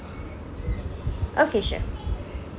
okay sure